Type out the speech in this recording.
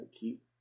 keep